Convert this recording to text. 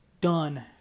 done